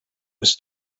was